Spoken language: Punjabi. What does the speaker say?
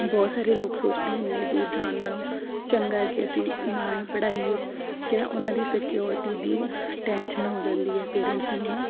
ਬਹੁਤ ਸਾਰੇ ਲੋਕ ਸੋਚਦੇ ਇੰਨੀ ਦੂਰ ਜਾਣ ਨਾਲੋਂ ਚੰਗਾ ਕਿ ਅਸੀਂ ਨਾ ਹੀ ਪੜ੍ਹਾਈਏ ਕਿ ਉਹਨਾਂ ਦੀ ਸਕਿਊਰਟੀ ਦੀ ਟੈਨਸ਼ਨ ਹੋ ਜਾਂਦੀ ਹੈ ਪੇਰੈਂਟਸ ਨੂੰ ਹੈ ਨਾ